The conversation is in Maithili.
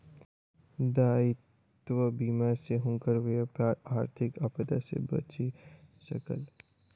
दायित्व बीमा सॅ हुनकर व्यापार आर्थिक आपदा सॅ बचि सकल